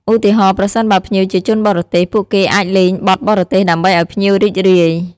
ឧទាហរណ៍ប្រសិនបើភ្ញៀវជាជនបរទេស ពួកគេអាចលេងបទបរទេសដើម្បីឱ្យភ្ញៀវរីករាយ។